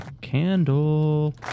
Candle